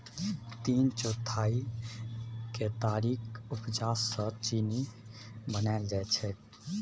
तीन चौथाई केतारीक उपजा सँ चीन्नी बनाएल जाइ छै